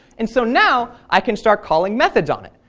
and so now i can start calling methods on it.